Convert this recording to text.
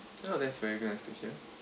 oh that's very nice to hear